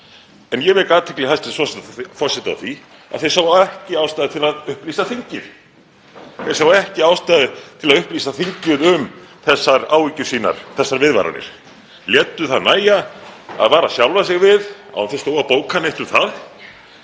Ég vek athygli hæstv. forseta á því að þeir sáu ekki ástæðu til að upplýsa þingið. Þeir sáu ekki ástæðu til að upplýsa þingið um þessar áhyggjur sínar, þessar viðvaranir. Létu það nægja að vara sjálfa sig við, án þess þó að bóka neitt um það,